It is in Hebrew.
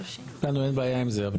לנו אין בעיה עם זה.